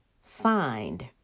signed